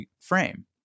frame